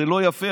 זה לא יפה,